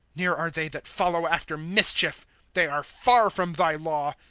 near are they that follow after mischief they are far from thy law.